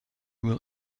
will